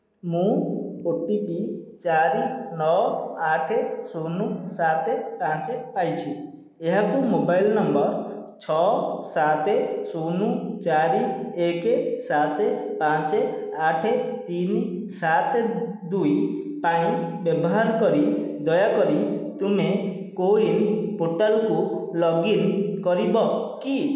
ମୁଁ O T P ଚାରି ନଅ ଆଠେ ଶୂନ ସାତେ ପାଞ୍ଚେ ପାଇଛି ଏହାକୁ ମୋବାଇଲ୍ ନମ୍ବର୍ ଛଅ ସାତେ ଶୂନ ଚାରି ଏକେ ସାତେ ପାଞ୍ଚେ ଆଠେ ତିନି ସାତେ ଦୁଇ ପାଇଁ ବ୍ୟବହାର କରି ଦୟାକରି ତୁମେ କୋୱିନ୍ ପୋର୍ଟାଲ୍କୁ ଲଗ୍ଇନ୍ କରିବ କି